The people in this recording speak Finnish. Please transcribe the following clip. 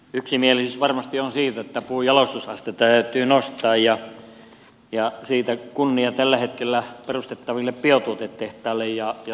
yksimielisyys varmasti on siitä että puun jalostusastetta täytyy nostaa ja siitä kunnia tällä hetkellä perustettaville biotuotetehtaille ja sellutehtaille